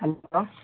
hello